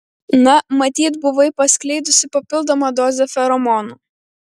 na matyt buvai paskleidusi papildomą dozę feromonų